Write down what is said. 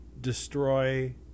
destroy